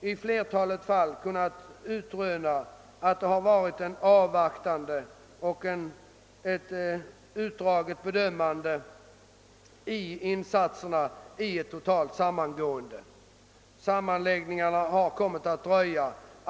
i flertalet fall kunnat konstatera att det varit en avvaktande hållning när det gällt insatser för ett totalt samgående; sammanläggningarna har kommit att dröja.